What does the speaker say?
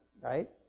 right